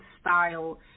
style